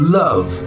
love